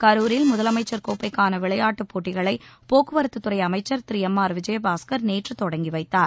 கரூரில் முதலமைச்சர் கோப்பைக்கான விளையாட்டுப் போட்டிகளை போக்குவரத்துத்துறை அமைச்சர் திரு எம் ஆர் விஜயபாஸ்கர் நேற்று தொடங்கி வைத்தார்